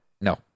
No